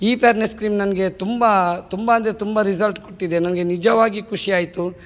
ಈ fairness cream ನನಗೆ ತುಂಬ ತುಂಬ ಅಂದರೆ ತುಂಬ ರಿಸಲ್ಟ್ ಕೊಟ್ಟಿದೆ ನನಗೆ ನಿಜವಾಗಿ ಖುಷಿಯಾಯ್ತು